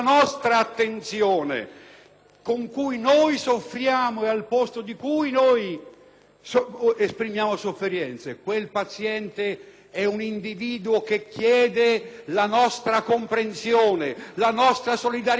esprimiamo sofferenze. Quel paziente è un individuo che chiede la nostra comprensione, la nostra solidarietà, la nostra pietà, che instaura con noi una comunità.